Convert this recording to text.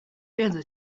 电子